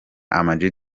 amag